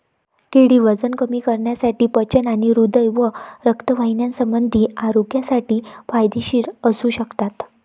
केळी वजन कमी करण्यासाठी, पचन आणि हृदय व रक्तवाहिन्यासंबंधी आरोग्यासाठी फायदेशीर असू शकतात